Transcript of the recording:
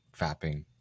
fapping